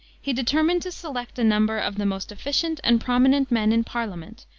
he determined to select a number of the most efficient and prominent men in parliament,